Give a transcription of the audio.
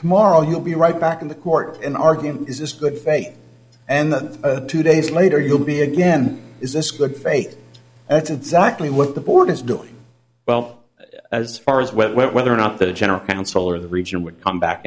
tomorrow he will be right back in the court in our view is this good faith and then two days later you'll be again is this good faith that's exactly what the board is doing well as far as whether or not the general counsel or the region would come back